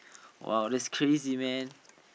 !wow! that's crazy man